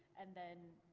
and then